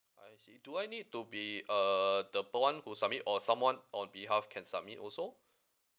I see do I need to be uh the per~ one who submit or someone on behalf can submit also